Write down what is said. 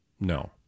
No